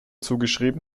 zugeschrieben